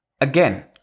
again